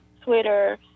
Twitter